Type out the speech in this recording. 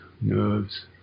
nerves